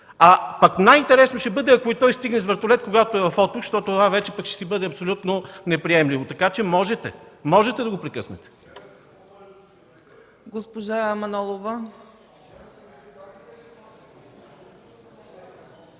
А пък най-интересно ще бъде, ако и той стигне с вертолет, когато е в отпуск, защото това вече ще си бъде абсолютно неприемливо. Така че можете – можете да го прекъснете.